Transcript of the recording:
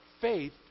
faith